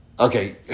Okay